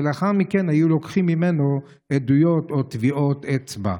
ולאחר מכן היו לוקחים ממנו עדויות או טביעות אצבע,